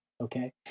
okay